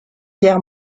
guerre